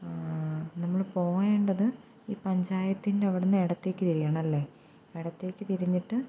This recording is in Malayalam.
നമ്മൾ പോകേണ്ടത് ഈ പഞ്ചായത്തിൻറ്റവിടുന്ന് ഇടത്തേക്ക് തിരിയണമല്ലേ ഇടത്തേക്കു തിരിഞ്ഞിട്ട്